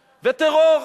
ו"טרור",